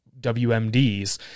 WMDs